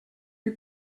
you